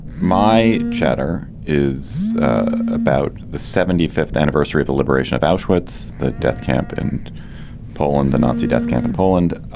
my chatter is about the seventy fifth anniversary of the liberation of auschwitz, the death camp in and poland, the nazi death camp in poland.